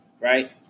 right